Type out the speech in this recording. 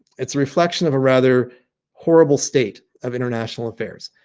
it's a reflection of a rather horrible state of international affairs.